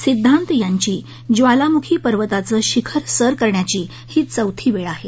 सिद्धांत यांची ज्वालामुखी पर्वताचं शिखर सर करण्याची ही चौथी वेळ आहे